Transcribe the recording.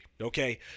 okay